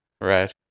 right